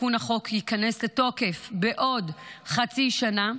תיקון החוק ייכנס לתוקף בעוד חצי שנה.